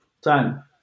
time